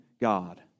God